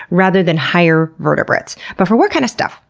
rather than higher vertebrates. but for what kind of stuff?